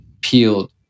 peeled